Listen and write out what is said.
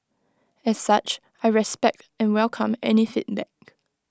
as such I respect and welcome any feedback